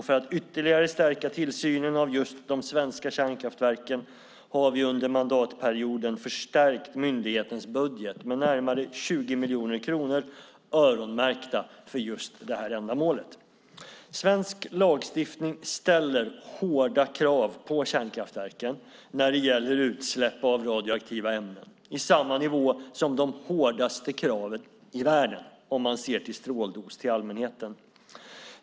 För att ytterligare stärka tillsynen av just de svenska kärnkraftverken har vi under mandatperioden förstärkt myndighetens budget med närmare 20 miljoner kronor öronmärkta för just detta ändamål. Svensk lagstiftning ställer hårda krav på kärnkraftverken när det gäller utsläpp av radioaktiva ämnen, i samma nivå som de hårdaste kraven i världen om man ser till stråldos till allmänheten.